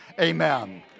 amen